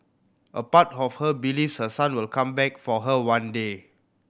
a part of her believes her son will come back for her one day